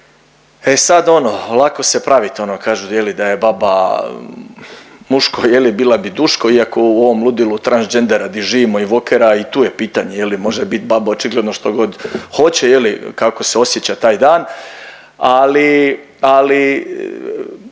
E sad ono lako se pravit ono kažu je li da je baba muško je li bila bi Duško iako u ovom ludilu transgendera gdje živimo i wokera i tu je pitanje je li može bit baba očigledno što god hoće je li, kako se osjeća taj dan ali,